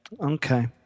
okay